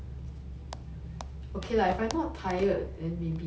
err